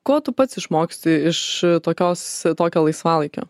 ko tu pats išmoksti iš tokios tokio laisvalaikio